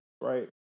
right